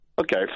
Okay